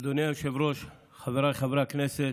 אדוני היושב-ראש, חבריי חברי הכנסת,